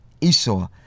Esau